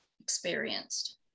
experienced